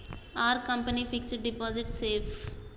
Are company fixed deposit safe?